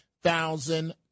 thousand